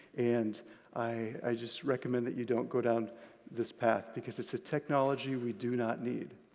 and i just recommend that you don't go down this path because it's a technology we do not need.